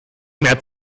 mehr